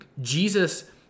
Jesus